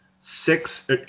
six